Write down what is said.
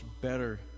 better